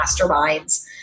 masterminds